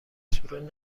سورون